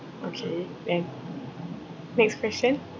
okay then next question